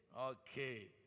okay